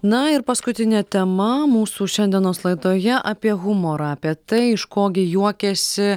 na ir paskutinė tema mūsų šiandienos laidoje apie humorą apie tai iš ko gi juokiasi